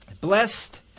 Blessed